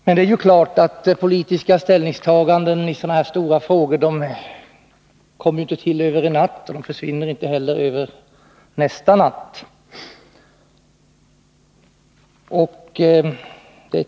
Men det är ju klart att politiska ställningstaganden i så här stora frågor inte kommer till över en natt, och de försvinner inte heller över nästa natt.